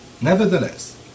Nevertheless